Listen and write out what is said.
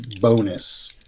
bonus